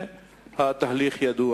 והתהליך ידוע,